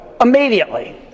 immediately